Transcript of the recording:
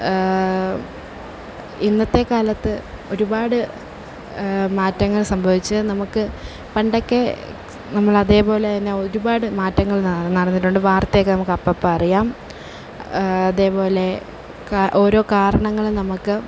ഇന്നത്തെ കാലത്ത് ഒരുപാട് മാറ്റങ്ങൾ സംഭവിച്ചു നമുക്ക് പണ്ടൊക്കെ നമ്മൾ അതെപോലെതന്നെ ഒരുപാട് മാറ്റങ്ങൾ നടന്നിട്ടുണ്ട് വാർത്തയൊക്കെ നമുക്ക് അപ്പപ്പം അറിയാം അതേപോലെ ഓരോ കാരണങ്ങളും നമുക്ക്